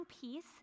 peace